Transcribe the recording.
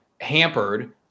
hampered